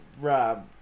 Rob